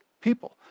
people